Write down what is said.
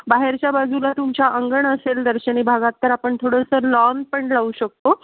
बाहेरच्या बाजूला तुमच्या अंगण असेल दर्शनी भागात तर आपण थोडंसं लॉन पण लावू शकतो